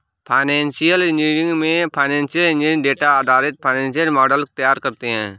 financial engineering में financial engineer data आधारित financial models तैयार करते है